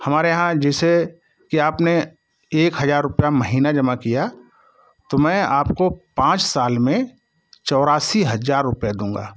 हमारे यहाँ जैसे कि आपने एक हज़ार रुपये महीना जमा किया तो मैं आपको पाँच साल में चौरासी हज़ार रुपये दूँगा